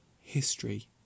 History